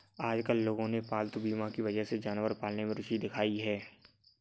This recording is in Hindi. आजकल लोगों ने पालतू बीमा की वजह से जानवर पालने में रूचि दिखाई है